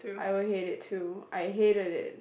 I will hate it too I hated it